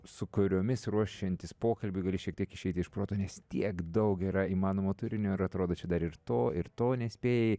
su kuriomis ruošiantis pokalbiui gali šiek tiek išeiti iš proto nes tiek daug yra įmanomo turinio ir atrodo čia dar ir to ir to nespėjai